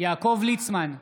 יעקב ליצמן,